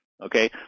okay